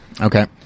Okay